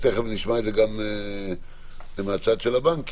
תכף נשמע את זה גם מהצד של הבנקים,